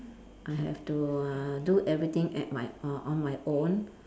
I have to uh do everything at my uh on my own